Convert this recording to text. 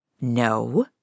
No